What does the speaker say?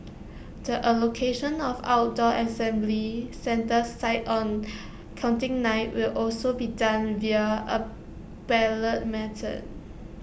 the allocation of outdoor assembly centre sites on counting night will also be done via A ballot method